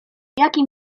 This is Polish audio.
jakim